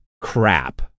Crap